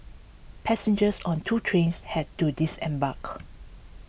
passengers on two trains had to disembark